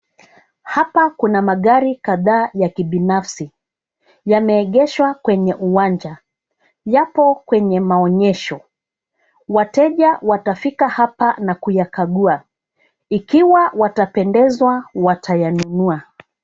Hapa kuna magari kadhaa ya kibinafsi. yameegeshwa kwenye uwanja. Yapo kwenye maonyesho. Wateja watafika hapa na kuyakagua. Ikiwa watapendezwa watayanunua.